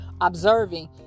observing